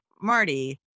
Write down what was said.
Marty